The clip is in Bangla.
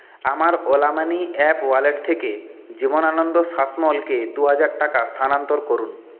আমার ওলা মানি অ্যাপ ওয়ালেট থেকে জীবনানন্দ শাসমল কে দু হাজার টাকা স্থানান্তর করুন